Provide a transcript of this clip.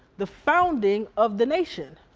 the founding of the nation.